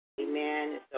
Amen